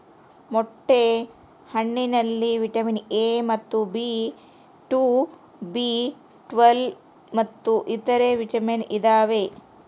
ಮೊಟ್ಟೆ ಹಣ್ಣಿನಲ್ಲಿ vitamin A ಮತ್ತು ಬಿ ಟು ಬಿ ಟ್ವೇಲ್ವ್ ಮತ್ತು ಇತರೆ ವಿಟಾಮಿನ್ ಇದಾವೆ